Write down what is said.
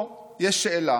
פה יש שאלה